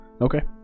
Okay